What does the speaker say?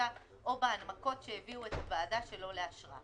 בפעילותה או בהנמקות שהביאו את הוועדה שלא לאשרה.